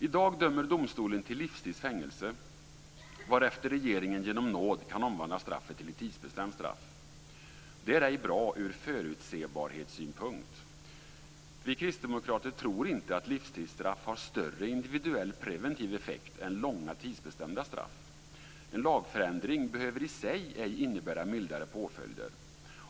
I dag dömer domstolen till livstids fängelse, varefter regeringen genom nåd kan omvandla straffet till ett tidsbestämt straff. Det är ej bra ur förutsebarhetssynpunkt. Vi kristdemokrater tror inte att livstidsstraff har större individuell preventiv effekt än långa tidsbestämda straff. En lagförändring behöver i sig ej innebära mildare påföljder.